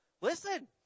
Listen